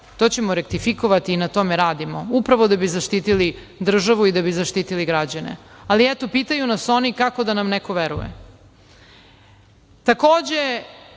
to ćemo ratifikovati i na tome radimo, upravo da bi zaštitili državu i građane. Eto, pitaju nas oni kako da nam neko veruje. Takođe,